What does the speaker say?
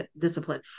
discipline